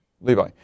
Levi